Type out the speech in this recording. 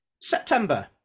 September